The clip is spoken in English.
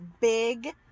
Big